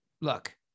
look